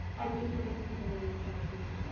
i did forget to put the negative charge here for